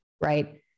Right